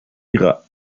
ihrer